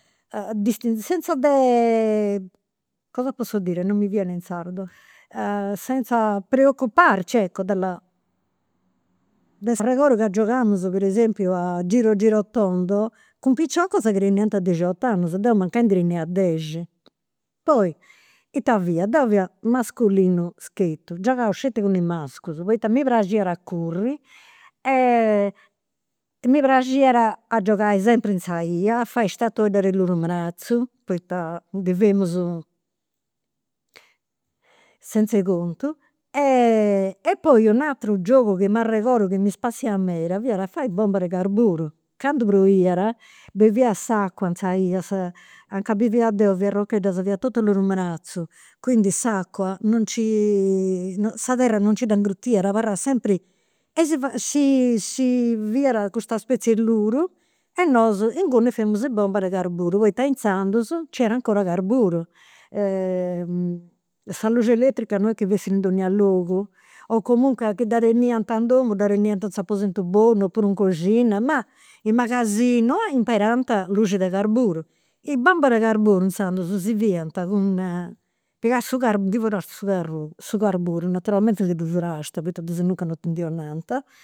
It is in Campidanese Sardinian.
Distinzioni, senza de, cosa posso dire, non mi viene in sardo, senza preocuparci ecco della. Deu m'arregodu ca giogamus, per esempio, a giro giro tondo cun piciocas chi teniant dixiot'annus, deu mancai ndi tenia dexi. Poi, ita fia, deu fia masculinu schetu, giogaus sceti cun is mascus, poita mi praxiat a curri e mi praxiat a giogai sempri in sa 'ia, a fai statueddas de ludu manatzu, poita ndi femus senz'e contu. Poi u' ateru giogu chi m'arregodu chi mi spassiat meda fiat a fai bombas de carburu. Candu proiat fiat s'acua in sa 'ia, sa a ca bivia deu, via rochedda, fiat totu ludu manatzu, quindi s'acua non nci sa terra non nci dda ingurtiat, abarrat sempri, e si si fadiat, si fiat custa spezi'e ludu e nosu inguni femus i' bombas de carburu. Poita inzandus c'era ancora carburu, sa luxi eletrica non est chi in donnia logu. O comunque chi dda teniant in domu dda teniant in s'aposentu bonu, oppuru in coxina, ma in magasinu imperant luxi de carburu. I' bombas de carburu inzandus si fiant cun, pigast, ndi furast su su carburu, naturalmenti si ddu furast poita di 'sinuncas non ti ndi 'onant